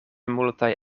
multaj